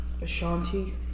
Ashanti